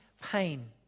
pain